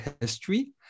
history